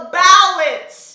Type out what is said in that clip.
balance